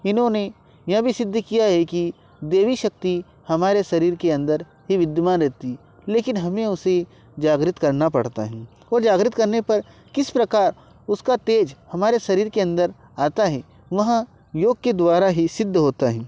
इन्होंने यह भी सिद्ध किया है कि देवीशक्ति हमारे शरीर के अंदर ही विधमान रहती लेकिन हमें उसे जागृत करना पड़ता है और जागृत करने पर किस प्रकार उसका तेज हमारे शरीर के अंदर आता है वह योग के द्वारा ही सिद्ध होता है